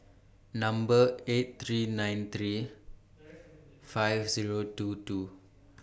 Number eight three nine three five Zero two two